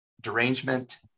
derangement